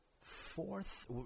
Fourth